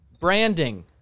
Branding